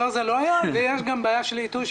יש גם בעיה של עיתוי,